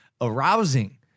arousing